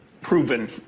proven